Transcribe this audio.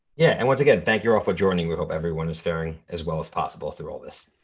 yeah, and once again, thank you all for joining. we hope everyone is fairing as well as possible through all this.